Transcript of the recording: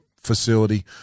facility